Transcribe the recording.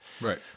Right